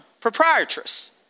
proprietress